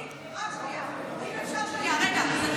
חברתי, רק שנייה, אם אפשר שנייה, רגע אחד.